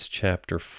chapter